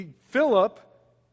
Philip